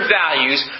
values